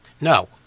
no